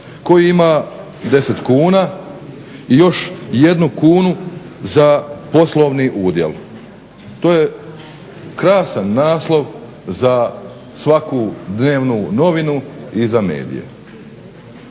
koji ima 10 kuna i još jednu kunu za poslovni udjel. To je krasan naslov za svaku dnevnu novinu i za medije.